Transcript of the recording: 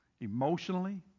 emotionally